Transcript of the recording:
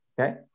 Okay